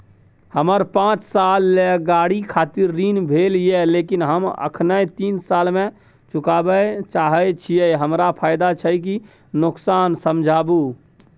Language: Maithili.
हमर पाँच साल ले गाड़ी खातिर ऋण भेल ये लेकिन हम अखने तीन साल में चुकाबे चाहे छियै हमरा फायदा छै की नुकसान समझाबू?